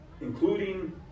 including